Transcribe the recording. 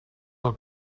del